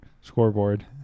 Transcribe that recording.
Scoreboard